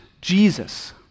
Jesus